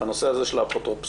בנושא הזה של האפוטרופסות,